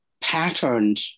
patterned